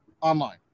online